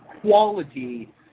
quality